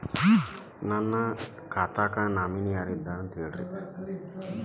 ನನ್ನ ಖಾತಾಕ್ಕ ನಾಮಿನಿ ಯಾರ ಇದಾರಂತ ಹೇಳತಿರಿ?